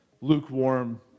lukewarm